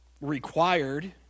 required